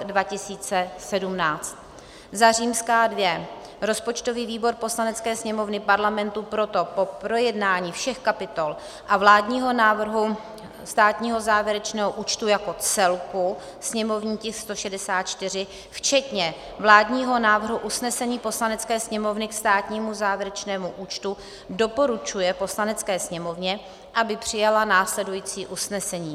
II. rozpočtový výbor Poslanecké sněmovny Parlamentu proto po projednání všech kapitol vládního návrhu státního závěrečného účtu jako celku, sněmovní tisk 164, včetně vládního návrhu usnesení Poslanecké sněmovny k státnímu závěrečnému účtu doporučuje Poslanecké sněmovně, aby přijala následující usnesení: